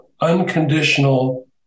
unconditional